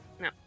No